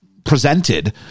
presented